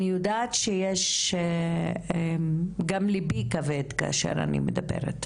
אני יודעת שיש גם ליבי כבד כאשר אני מדברת,